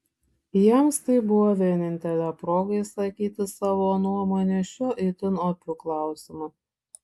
jiems tai buvo vienintelė proga išsakyti savo nuomonę šiuo itin opiu klausimu